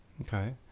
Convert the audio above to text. Okay